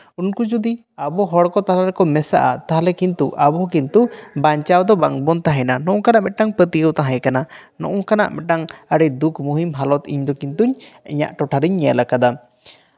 ᱩᱱᱠᱩ ᱡᱩᱫᱤ ᱟᱵᱚ ᱦᱚᱲ ᱠᱚ ᱛᱟᱞᱟ ᱨᱮᱠᱚ ᱢᱮᱥᱟᱜᱼᱟ ᱛᱟᱦᱚᱞᱮ ᱠᱤᱱᱛᱩ ᱟᱵᱚ ᱦᱚᱸ ᱠᱤᱱᱛᱩ ᱵᱟᱧᱪᱟᱣ ᱫᱚ ᱵᱟᱝᱵᱚᱱ ᱛᱟᱦᱮᱱᱟ ᱱᱚᱝᱠᱟᱱᱟᱜ ᱢᱤᱫᱴᱮᱱ ᱯᱟᱹᱛᱭᱟᱹᱣ ᱛᱟᱦᱮᱸᱠᱟᱱᱟ ᱱᱚᱝᱠᱟᱱᱟᱜ ᱢᱤᱫᱴᱟᱱ ᱟᱹᱰᱤ ᱫᱩᱠ ᱢᱩᱦᱤᱢ ᱦᱟᱞᱚᱛ ᱤᱧ ᱫᱚ ᱠᱤᱱᱛᱩ ᱤᱧᱜ ᱴᱚᱴᱷᱟ ᱨᱤᱧ ᱧᱮᱞᱟᱠᱟᱫᱟ